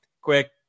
quick